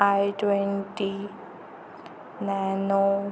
I twenty nano